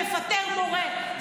לפטר מורה.